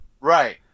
Right